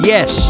Yes